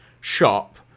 shop